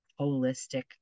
holistic